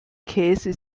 käse